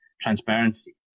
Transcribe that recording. transparency